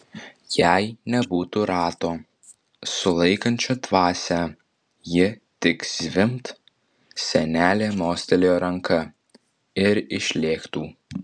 jei nebūtų rato sulaikančio dvasią ji tik zvimbt senelė mostelėjo ranka ir išlėktų